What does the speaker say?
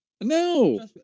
no